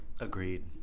Agreed